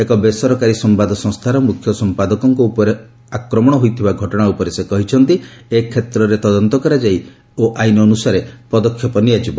ଏକ ବେସରକାରୀ ସମ୍ଭାଦ ସଂସ୍ଥାର ମୁଖ୍ୟ ସମ୍ପାଦକଙ୍କ ଉପରେ ଆକ୍ରମଣ ହୋଇଥିବା ଘଟଣା ଉପରେ ସେ କହିଛନ୍ତି ଏ କ୍ଷେତ୍ରରେ ତଦନ୍ତ ଆରମ୍ଭ କରାଯାଇଛି ଓ ଆଇନ୍ ଅନୁସାରେ ପଦକ୍ଷେପ ନିଆଯିବ